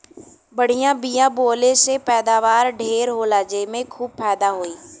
बढ़िया बिया बोवले से पैदावार ढेर होला जेसे खूब फायदा होई